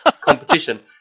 competition